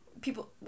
People